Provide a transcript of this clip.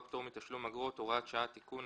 פטור מתשלום אגרות) (הוראת שעה) (תיקון),